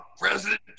President